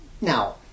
now